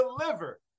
deliver